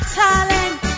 talent